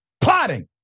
plotting